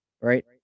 right